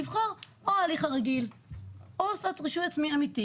לבחור בין ההליך הרגיל או לעשות רישוי עצמי אמיתי